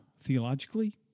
theologically